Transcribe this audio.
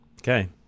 Okay